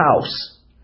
house